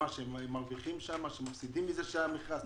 את אומרת שמפסידים מזה שהיה מכרז?